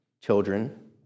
children